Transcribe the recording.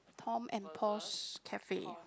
Tom and Paul's Cafe